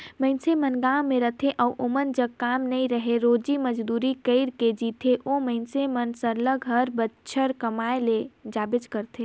मइनसे मन गाँव में रहथें अउ ओमन जग काम नी रहें रोजी मंजूरी कइर के जीथें ओ मइनसे मन सरलग हर बछर कमाए ले जाबेच करथे